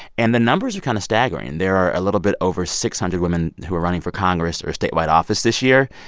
and the numbers are kind of staggering. there are a little bit over six hundred women who are running for congress or statewide office this year.